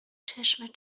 چشم